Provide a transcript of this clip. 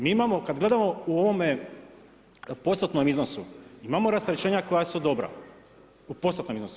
Mi imamo, kada gledamo u ovome postotnom iznosu, imamo rasterećenja koja su dobra u postotnom iznosu.